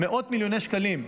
מאות מיליוני שקלים,